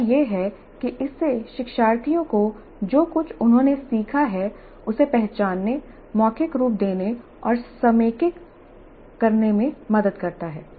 दावा यह है कि इससे शिक्षार्थियों को जो कुछ उन्होंने सीखा है उसे पहचानने मौखिक रूप देने और समेकित करने में मदद करता है